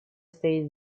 state